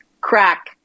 crack